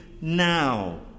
now